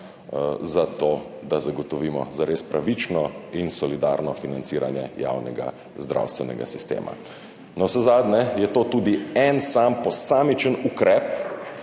zato da zagotovimo zares pravično in solidarno financiranje javnega zdravstvenega sistema. Navsezadnje je to tudi en sam posamični ukrep,